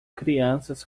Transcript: crianças